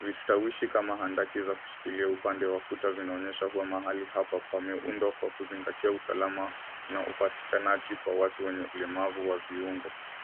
Vistawishi kama handaki za kushikilia upande wa kuta vinaonyesha huwa mahali hapa pameundwa kwa kuzingitia usalama na upatakinaji kwa watu wenye ulemavu wa viungo.